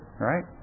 right